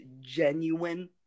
genuine